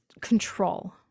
control